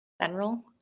general